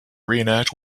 reenact